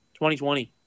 2020